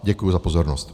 Děkuji za pozornost.